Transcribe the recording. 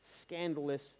scandalous